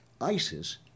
ISIS